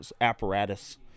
apparatus